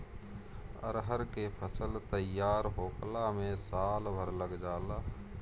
अरहर के फसल तईयार होखला में साल भर लाग जाला